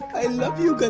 i love you